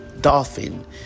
dolphin